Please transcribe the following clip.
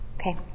Okay